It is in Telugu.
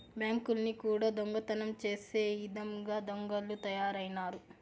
బ్యాంకుల్ని కూడా దొంగతనం చేసే ఇదంగా దొంగలు తయారైనారు